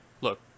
look